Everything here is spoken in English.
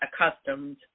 accustomed